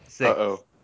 Uh-oh